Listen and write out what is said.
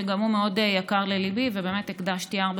שגם הוא מאוד יקר לליבי ובאמת הקדשתי ארבע